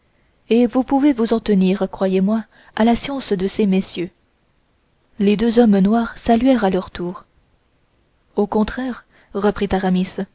et vous pouvez vous en tenir croyez-moi à la science de ces messieurs les deux hommes noirs saluèrent à leur tour au contraire reprit aramis